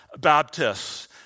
Baptists